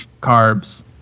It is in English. carbs